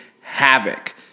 havoc